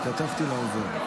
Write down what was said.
חבר הכנסת אביחי בוארון,